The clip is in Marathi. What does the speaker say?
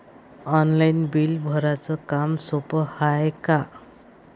ऑनलाईन बिल भराच काम सोपं हाय का?